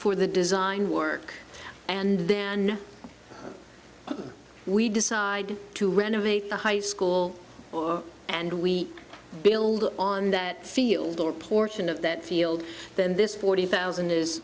for the design work and then we decide to renovate the high school and we build on that field or portion of that field then this forty thousand is